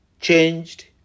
changed